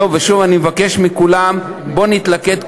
אני מבקש מכולם: בואו נתלכד,